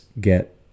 get